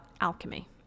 alchemy